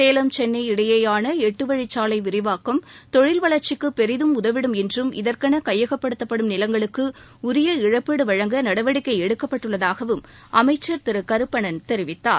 சேலம் சென்ன இடையேயான எட்டு வழிச்சாலை விரிவாக்கம் தொழில் வளர்ச்சிக்கு பெரிதும் உதவிடும் என்றும் இதற்கென கையகப்படுத்தும் நிலங்களுக்கு உரிய இழப்பீடு வழங்க நடவடிக்கை எடுக்கப்பட்டுள்ளதாகவும் அமைச்சர் திரு கருப்பணன் தெரிவித்தார்